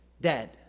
Dead